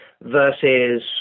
versus